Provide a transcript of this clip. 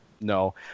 No